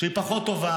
שהיא פחות טובה,